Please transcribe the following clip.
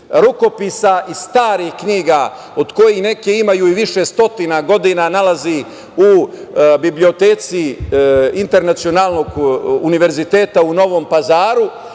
rukopisa i starih knjiga od koji neki imaju i više stotina godina, nalazi u biblioteci Internacionalnog Univerziteta u Novom Pazaru,